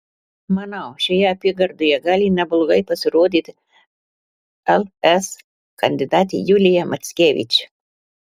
manau šioje apygardoje gali neblogai pasirodyti ls kandidatė julija mackevič